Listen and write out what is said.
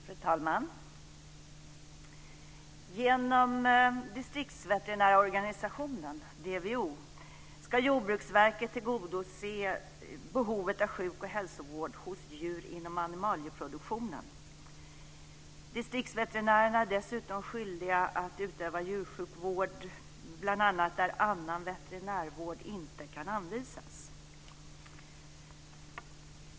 Fru talman! Genom distriktsveterinärorganisationen DVO ska Jordbruksverket tillgodose behovet av sjuk och hälsovård hos djur inom animalieproduktionen. Distriktsveterinärerna är dessutom skyldiga att utöva djursjukvård bl.a. där annan veterinärvård inte kan anvisas.